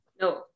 No